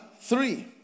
three